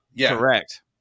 Correct